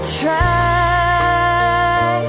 try